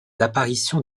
apparitions